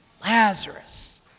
Lazarus